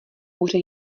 hůře